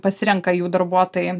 pasirenka jų darbuotojai